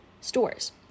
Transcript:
stores